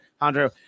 Andrew